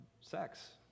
sex